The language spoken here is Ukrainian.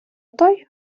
той